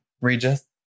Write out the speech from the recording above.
Regis